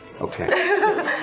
Okay